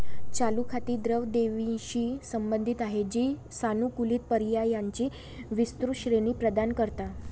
चालू खाती द्रव ठेवींशी संबंधित आहेत, जी सानुकूलित पर्यायांची विस्तृत श्रेणी प्रदान करते